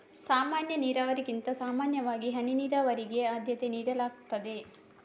ಸಾಮಾನ್ಯ ನೀರಾವರಿಗಿಂತ ಸಾಮಾನ್ಯವಾಗಿ ಹನಿ ನೀರಾವರಿಗೆ ಆದ್ಯತೆ ನೀಡಲಾಗ್ತದೆ